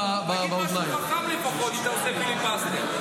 תגיד משהו חכם לפחות כשאתה עושה פיליבסטר.